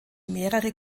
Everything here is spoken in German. mehrere